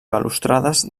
balustrades